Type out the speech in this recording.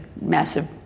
massive